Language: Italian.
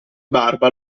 barba